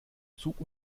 zug